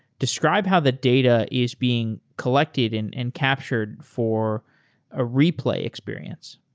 describe how the data is being collected and and captured for a replay experience.